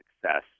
success